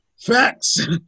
Facts